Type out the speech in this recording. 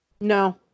No